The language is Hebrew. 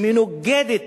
הם מנוגדים